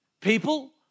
People